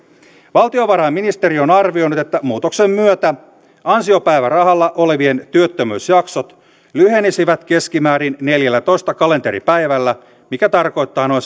valtiovarainministeriö on arvioinut että muutoksen myötä ansiopäivärahalla olevien työttömyysjaksot lyhenisivät keskimäärin neljällätoista kalenteripäivällä mikä tarkoittaa noin